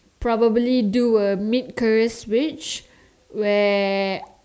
probably do a mid career Switch where